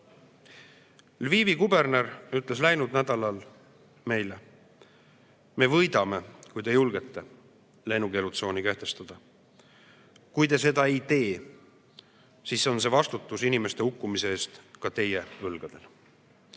Lvivi kuberner ütles läinud nädalal meile, et me võidame, kui te julgete lennukeelutsooni kehtestada. Kui te seda ei tee, siis on see vastutus inimeste hukkumise eest ka teie õlgadel.